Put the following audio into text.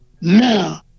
now